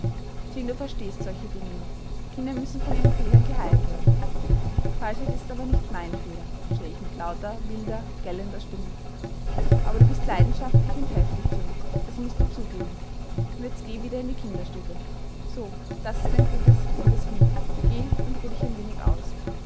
du verstehst solche dinge nicht kinder müssen von ihren fehlern geheilt werden falschheit ist aber nicht mein fehler schrie ich mit lauter wilder gellender stimme aber du bist leidenschaftlich und heftig jane das mußt du zugeben und jetzt geh wieder in die kinderstube so das ist ein gutes liebes kind geh und ruh dich ein wenig aus